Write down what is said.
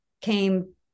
came